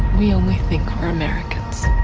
we only think americans.